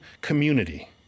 community